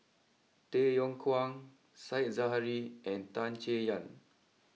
Tay Yong Kwang Said Zahari and Tan Chay Yan